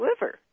liver